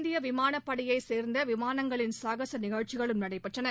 இந்திய விமானப்படையை சேர்ந்த விமானங்களின் சாகச நிகழ்ச்சிகளும் நடைபெற்றன